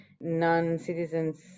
non-citizens